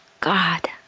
God